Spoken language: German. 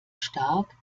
stark